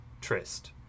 Trist